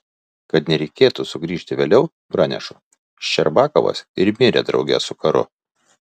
kad nereikėtų sugrįžti vėliau pranešu ščerbakovas ir mirė drauge su karu